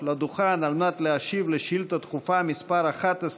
לדוכן על מנת להשיב על שאילתה דחופה מס' 11,